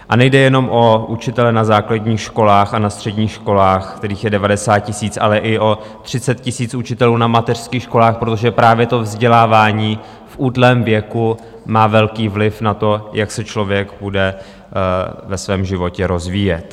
A nejde jenom o učitele na základních školách a na středních školách, kterých je 90 000, ale i o 30 000 učitelů na mateřských školách, protože právě vzdělávání v útlém věku má velký vliv na to, jak se člověk bude ve svém životě rozvíjet.